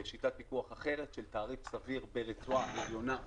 לשיטת פיקוח אחרת של תעריף סביר ברצועה עליונה ותחתונה.